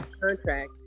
contract